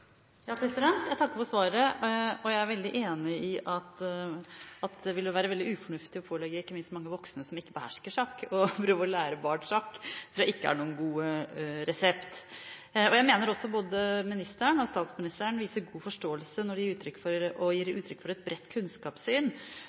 Jeg takker for svaret. Jeg er enig i at det ville være veldig ufornuftig å pålegge ikke minst mange voksne som ikke behersker sjakk, å prøve å lære barn sjakk. Det tror jeg ikke er noen god resept. Jeg mener også at både ministeren og statsministeren viser god forståelse og gir uttrykk for et bredt kunnskapssyn